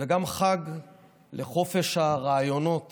וגם חג לחופש הרעיונות